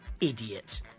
Idiot